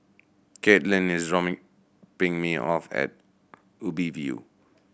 Katlin is drop me me off at Ubi View